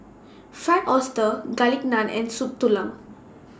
Fried Oyster Garlic Naan and Soup Tulang